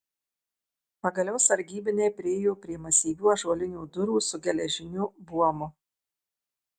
pagaliau sargybiniai priėjo prie masyvių ąžuolinių durų su geležiniu buomu